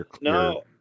no